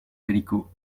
calicot